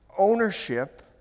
Ownership